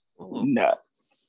Nuts